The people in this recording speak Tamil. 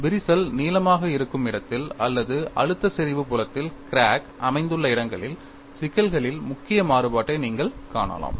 விரிசல் நீளமாக இருக்கும் இடத்தில் அல்லது அழுத்த செறிவு புலத்தில் கிராக் அமைந்துள்ள இடங்களில் சிக்கல்களில் முக்கிய மாறுபாட்டை நீங்கள் காணலாம்